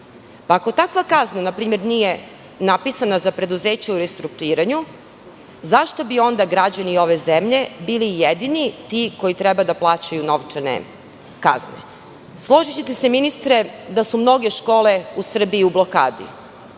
Ako takva kazna nije napisana za preduzeće u restrukturiranju, zašto bi onda građani ove zemlje bili jedini ti koji trebaju da plaćaju novčane kazne? Složićete se ministre, da su mnoge škole u Srbiji u blokadi.